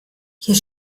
hier